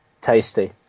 Tasty